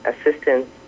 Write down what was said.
assistance